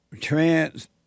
trans